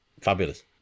Fabulous